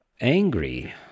angry